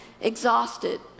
exhausted